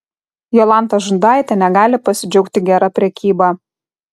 jolanta žundaitė negali pasidžiaugti gera prekyba